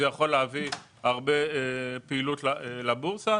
זה יכול להביא הרבה פעילות לבורסה.